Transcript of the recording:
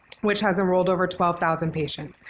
which has enrolled over twelve thousand patients.